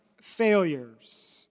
failures